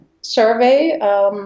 survey